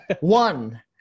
One